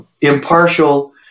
impartial